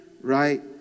right